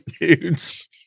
dudes